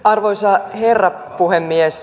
arvoisa herra puhemies